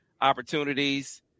opportunities